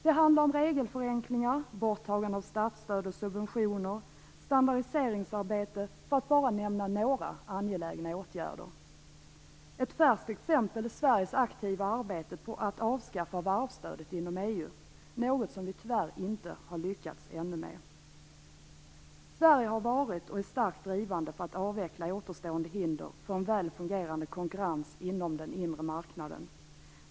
Det handlar om regelförenklingar, borttagande av statsstöd och subventioner och standardiseringsarbete, för att bara nämna några angelägna åtgärder. Ett färskt exempel är Sveriges aktiva arbete med att avskaffa varvsstödet inom EU, något som vi tyvärr inte har lyckats med ännu. Sverige har varit och är starkt drivande för att avveckla återstående hinder för en väl fungerande konkurrens inom den inre marknaden.